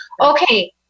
okay